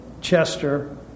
Chester